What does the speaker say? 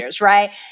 right